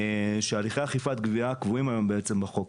הליכי אכיפת גבייה בעצם קבועים היום בחוק.